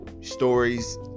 stories